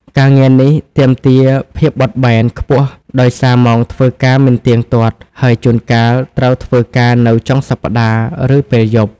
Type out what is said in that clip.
ការងារនេះ ទាមទារភាពបត់បែន ខ្ពស់ ដោយសារម៉ោងធ្វើការមិនទៀងទាត់ ហើយជួនកាលត្រូវធ្វើការនៅចុងសប្តាហ៍ ឬពេលយប់។